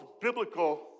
biblical